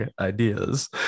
ideas